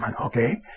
okay